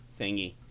thingy